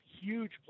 huge